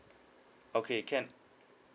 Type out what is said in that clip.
okay can